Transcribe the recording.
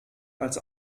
als